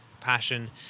passion